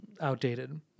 outdated